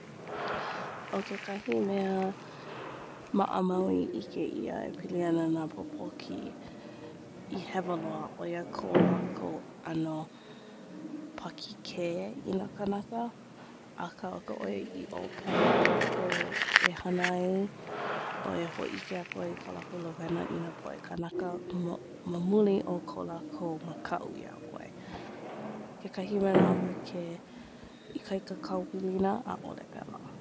ʻO kekahi mea maʻamau i ʻike ʻia e pili ana nā pōpoki, i hewa loa, ʻo ia ko lākou ʻano pākīkē i nā kānaka. Akā o ka ʻoiaiʻo pēlā lākou e hana ai ʻo ia hōʻike ai i ka lākou lāwena i ka poʻe kānaka ma muli o ka lākou mākaʻu iā ʻoe. Kekahi mānawa ke ikaika kāu pilina, ʻaʻole pēlā.